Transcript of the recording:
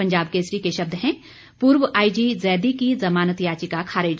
पंजाब केसरी के शब्द हैं पूर्व आईजीजैदी की जमानत याचिका खारिज